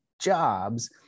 jobs